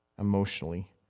emotionally